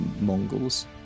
Mongols